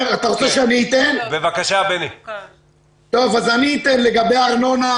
אענה לגבי הארנונה,